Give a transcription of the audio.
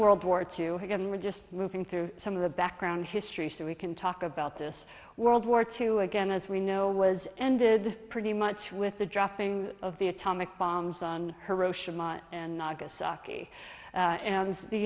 world war two you can read just moving through some of the background history so we can talk about this world war two again as we know was ended pretty much with the dropping of the atomic bombs on hiroshima and nagasaki